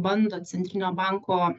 bando centrinio banko